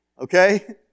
Okay